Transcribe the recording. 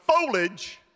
foliage